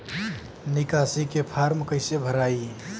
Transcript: निकासी के फार्म कईसे भराई?